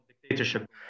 dictatorship